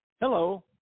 hello